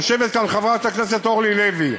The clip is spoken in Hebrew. יושבת כאן חברת הכנסת אורלי לוי,